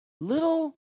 little